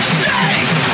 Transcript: safe